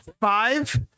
Five